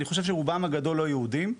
אני חושב שרובם הגדול לא יהודים,